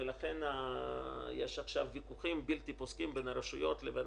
ולכן יש עכשיו ויכוחים בלתי פוסקים בין הרשויות לבין